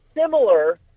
similar